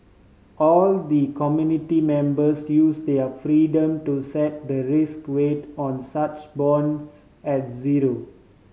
all the committee members to use their freedom to set the risk weight on such bonds at zero